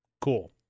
cool